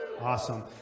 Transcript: Awesome